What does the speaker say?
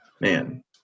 Man